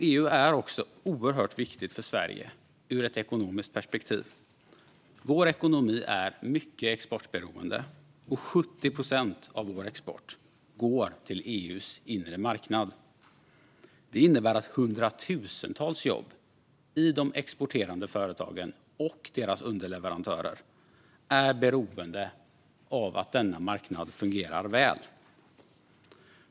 EU är också oerhört viktigt för Sverige ur ett ekonomiskt perspektiv. Vår ekonomi är mycket exportberoende, och 70 procent av vår export går till EU:s inre marknad. Det innebär att hundratusentals jobb i de exporterande företagen och deras underleverantörer är beroende av att denna marknad fungerar väl.